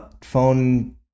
phone